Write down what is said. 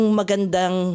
magandang